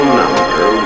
number